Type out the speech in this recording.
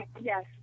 Yes